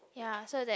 ya so that